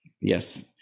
Yes